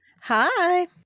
Hi